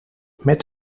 met